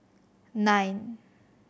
nine